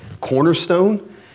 cornerstone